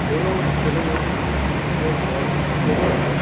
دونوں کھیلوں میں فٹ بال اور کرکٹ کے اندر